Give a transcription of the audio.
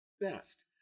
best